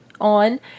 on